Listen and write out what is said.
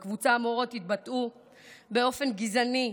בקבוצה המורות התבטאו באופן גזעני,